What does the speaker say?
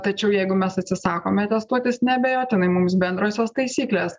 tačiau jeigu mes atsisakome atestuotis neabejotinai mums bendrosios taisyklės